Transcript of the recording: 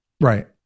right